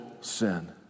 sin